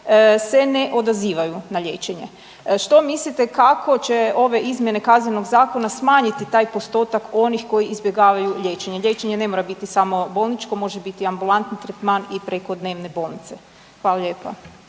se ne odazivaju na liječenje. Što mislite kako će ove izmjene KZ-a smanjiti taj postotak onih koji izbjegavaju liječenje? Liječenje ne mora biti samo bolničko može biti ambulantni tretman i preko dnevne bolnice. Hvala lijepa.